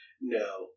No